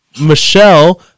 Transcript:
michelle